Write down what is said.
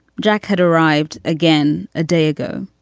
jack had arrived again a day ago.